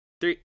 three